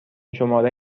شماره